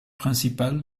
principal